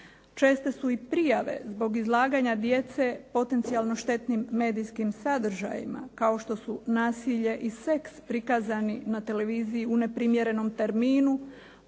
Česte su i prijave zbog izlaganja djece potencijalno štetnim medijskim sadržajima kao što su nasilje i seks prikazani na televiziji u neprimjerenom terminu,